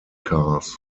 cars